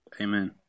Amen